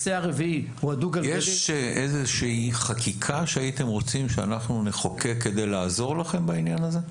יש איזשהי חקיקה שהייתם רוצים שאנחנו נחוקק כדי לעזור לכם בעניין הזה?